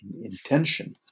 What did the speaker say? intention